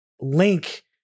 link